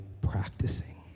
practicing